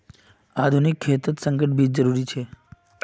आधुनिक खेतित संकर बीज जरुरी छे